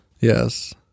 Yes